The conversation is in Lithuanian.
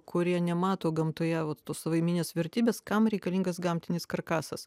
kurie nemato gamtoje vot tos savaiminės vertybės kam reikalingas gamtinis karkasas